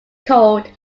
called